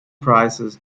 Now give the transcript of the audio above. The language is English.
prizes